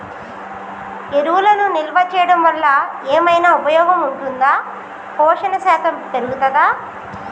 ఎరువులను నిల్వ చేయడం వల్ల ఏమైనా ఉపయోగం ఉంటుందా పోషణ శాతం పెరుగుతదా?